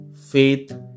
faith